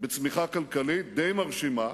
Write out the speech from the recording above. בצמיחה כלכלית די מרשימה.